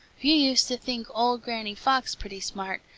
you used to think old granny fox pretty smart,